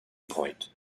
point